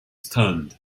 stunned